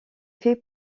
fait